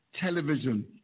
television